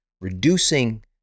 reducing